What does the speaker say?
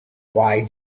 why